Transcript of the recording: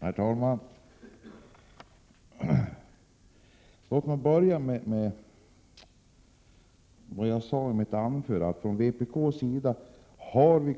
Herr talman! Låt mig börja med att hänvisa till vad jag framhöll i mitt anförande, att vi från vpk:s sida